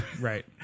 Right